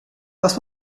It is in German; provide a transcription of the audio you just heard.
was